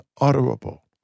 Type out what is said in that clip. unutterable